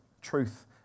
truth